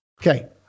Okay